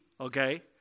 okay